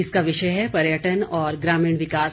इसका विषय है पर्यटन और ग्रामीण विकास